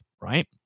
right